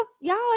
y'all